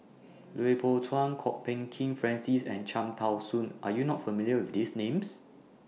Lui Pao Chuen Kwok Peng Kin Francis and Cham Tao Soon Are YOU not familiar with These Names